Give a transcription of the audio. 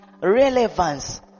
relevance